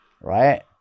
right